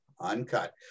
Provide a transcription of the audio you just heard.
Uncut